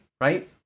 right